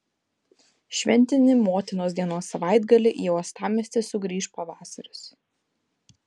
šventinį motinos dienos savaitgalį į uostamiestį sugrįš pavasaris